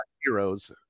heroes